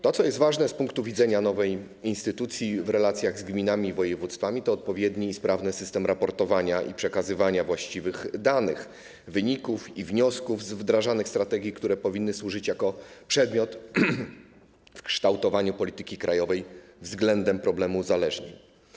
To, co jest ważne z punktu widzenia nowej instytucji w relacjach z gminami i województwami, to odpowiedni i sprawny system raportowania i przekazywania właściwych danych, wyników i wniosków z wdrażanych strategii, które powinny służyć jako przedmiot w kształtowaniu polityki krajowej względem problemu uzależnień.